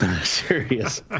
Serious